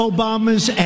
Obama's